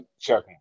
checking